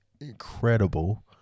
incredible